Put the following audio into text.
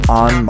on